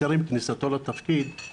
טרם כניסתו לתפקיד הוא